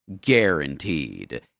Guaranteed